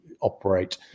operate